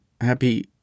happy